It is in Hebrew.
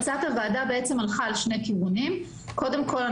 המלצת הוועדה הלכה על שני כיוונים: קודם כול,